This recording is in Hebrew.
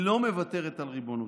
היא לא מוותרת על ריבונותה.